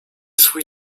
swój